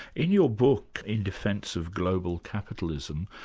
in your book, in defence of global capitalism,